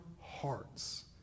hearts